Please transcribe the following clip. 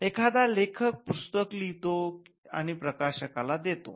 एखादा लेखक पुस्तक लिहितो आणि प्रकाशकाला देतो